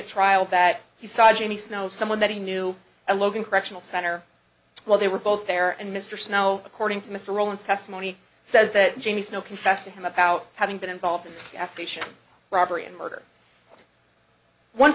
at trial that he saw jamie snow someone that he knew and logan correctional center while they were both there and mr snow according to mr owens testimony says that jamie snow confessed to him about having been involved in a station robbery and murder one